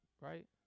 Right